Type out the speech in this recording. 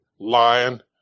Lion